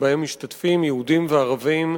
שבהן משתתפים יהודים וערבים,